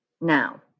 now